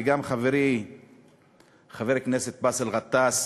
וגם חברי חבר הכנסת באסל גטאס,